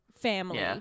family